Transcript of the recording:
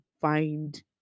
find